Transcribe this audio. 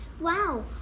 Wow